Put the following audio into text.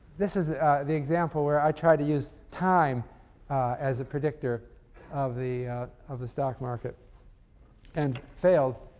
this is the example where i tried to use time as a predictor of the of the stock market and failed